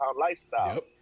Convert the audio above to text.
lifestyle